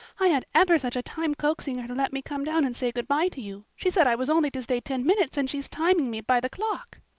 i had ever such a time coaxing her to let me come down and say good-bye to you. she said i was only to stay ten minutes and she's timing me by the clock.